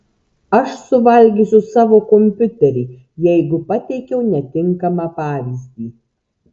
aš suvalgysiu savo kompiuterį jeigu pateikiau netinkamą pavyzdį